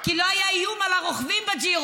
כי לא היה איום על הרוכבים בג'ירו,